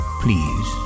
please